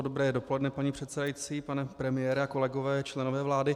Dobré dopoledne, paní předsedající, pane premiére, kolegové a členové vlády.